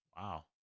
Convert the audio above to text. Wow